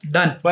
Done